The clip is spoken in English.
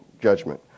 Judgment